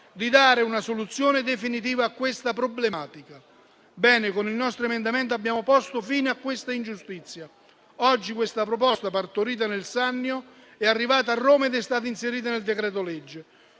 di dare una soluzione definitiva a questa problematica. Con il nostro emendamento, abbiamo posto fine a questa ingiustizia. Oggi questa proposta partorita nel Sannio è arrivata a Roma ed è stata inserita nel decreto-legge: